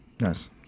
yes